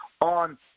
on –